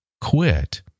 quit